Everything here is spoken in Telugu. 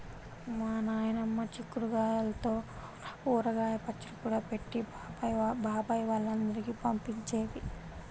మా నాయనమ్మ చిక్కుడు గాయల్తో ఊరగాయ పచ్చడి కూడా పెట్టి బాబాయ్ వాళ్ళందరికీ పంపించేది